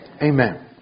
Amen